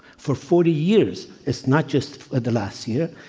for forty years, it's not just the last year.